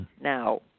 now